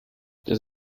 das